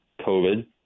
COVID